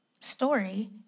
story